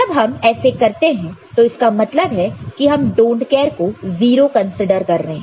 जब हम ऐसे करते हैं तो इसका मतलब है कि हम इस डोंट केयर को 0 कंसीडर कर रहे हैं